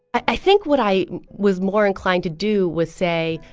i think what i was more inclined to do was say,